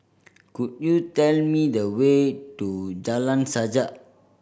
could you tell me the way to Jalan Sajak